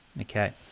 okay